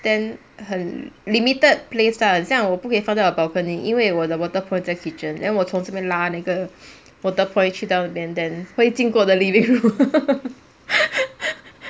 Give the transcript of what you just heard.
then 很 limited place lah 很像我不可以放在我 balcony 因为我的 water point 在 kitchen then 我从这边拉 then 那个 water point 去到那边 then 会经过 the living room